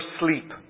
sleep